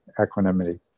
equanimity